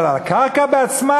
אבל על הקרקע עצמה,